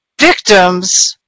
Victims